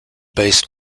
based